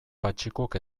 patxikuk